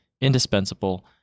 indispensable